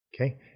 Okay